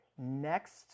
Next